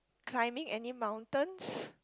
climbing any mountains